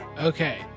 Okay